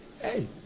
Hey